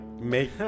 make